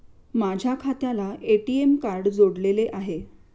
माझ्या खात्याला ATM card जोडलेले आहे